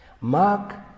Mark